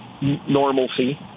normalcy